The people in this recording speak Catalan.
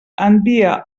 envia